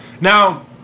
Now